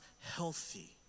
healthy